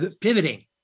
pivoting